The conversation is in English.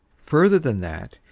further than that,